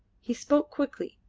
he spoke quickly,